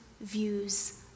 views